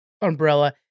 umbrella